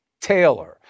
Taylor